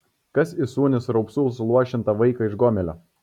kas įsūnys raupsų suluošintą vaiką iš gomelio